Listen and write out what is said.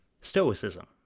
Stoicism